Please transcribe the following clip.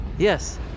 Yes